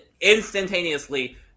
instantaneously